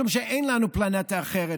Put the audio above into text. משום שאין לנו פלנטה אחרת.